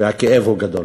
והכאב גדול.